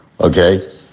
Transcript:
okay